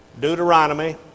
Deuteronomy